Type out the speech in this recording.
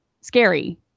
scary